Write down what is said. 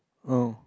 no